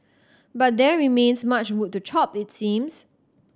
but there remains much wood to chop it seems